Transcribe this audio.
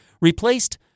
replaced